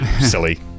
Silly